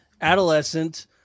adolescent